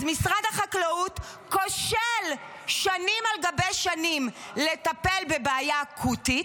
אז משרד חקלאות כושל שנים על גבי שנים לטפל בבעיה אקוטית.